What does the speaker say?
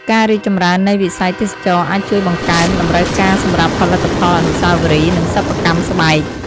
ការរីកចម្រើននៃវិស័យទេសចរណ៍អាចជួយបង្កើនតម្រូវការសម្រាប់ផលិតផលអនុស្សាវរីយ៍ និងសិប្បកម្មស្បែក។